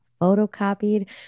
Photocopied